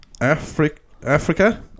Africa